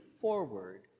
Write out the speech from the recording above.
forward